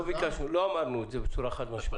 לא אמרנו את זה בצורה חד-משמעית.